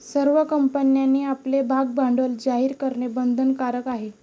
सर्व कंपन्यांनी आपले भागभांडवल जाहीर करणे बंधनकारक आहे